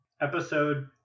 Episode